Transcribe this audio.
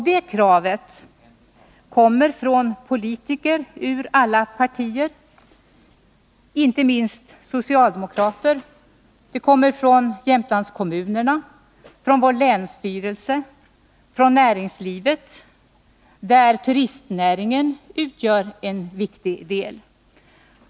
Det kravet kommer från politiker ur alla partier — inte minst socialdemokraterna—, från Jämtlandskommunerna, från vår länsstyrelse och från näringslivet, av vilket turistnäringen utgör en viktig del.